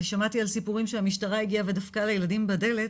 אני שמעתי על סיפורים שהמשטרה הגיעה ודפקה לילדים בדלת